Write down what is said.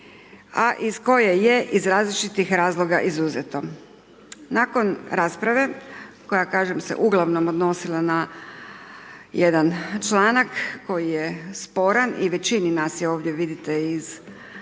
a iz koje je iz različitih razloga izuzeto. Nakon rasprave koja kažem se uglavnom odnosila na jedan članak koji je sporan i većini nas je ovdje vidite iz